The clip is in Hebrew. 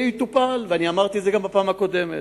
זה יטופל, ואמרתי את זה גם בפעם הקודמת.